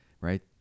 right